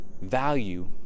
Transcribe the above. value